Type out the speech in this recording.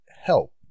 help